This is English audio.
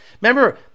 Remember